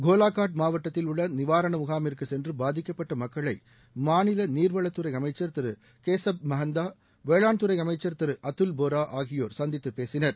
கோலாகாட் மாவட்டத்தில் உள்ள நிவாரண முகாமிற்கு சென்று பாதிக்கப்பட்ட மக்களை மாநில நீர்வளத்துறை அமைச்ச் திரு கேசப் மகந்தா வேளாண் துறை அமைச்ச் திரு அத்துல்போரா ஆகியோர் சந்தித்து பேசினர்